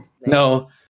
No